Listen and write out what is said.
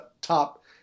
top